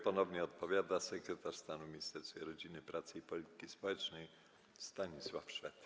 Ponownie odpowiada sekretarz stanu w Ministerstwie Rodziny, Pracy i Polityki Społecznej Stanisław Szwed.